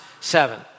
seven